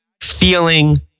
feeling